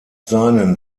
seinen